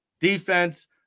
defense